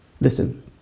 Listen